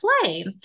Play